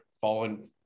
Fallen